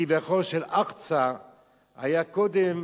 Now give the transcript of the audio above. וכביכול אל-אקצא היה קודם